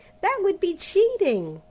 that would be cheating,